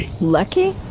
Lucky